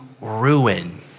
ruin